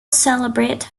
celebrate